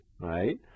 right